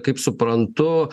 kaip suprantu